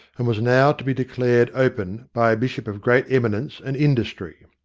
and was now to be de clared open by a bishop of great eminence and industry.